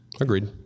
Agreed